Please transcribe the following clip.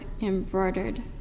embroidered